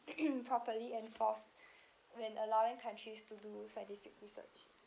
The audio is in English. properly enforced when allowing countries to do scientific research